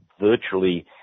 virtually